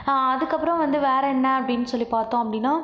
அதுக்கப்புறம் வந்து வேற என்ன அப்படினு சொல்லி பார்த்தோம் அப்படினா